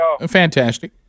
fantastic